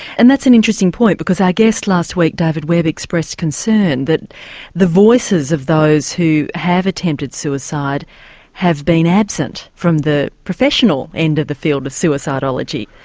and that's an interesting point because our guest last week, david webb, expressed concern that the voices of those who have attempted suicide have been absent from the professional end of the field of suicidology.